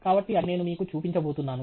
కాబట్టి అది నేను మీకు చూపించబోతున్నాను